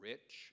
Rich